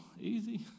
easy